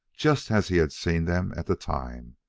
just as he had seen them at the time,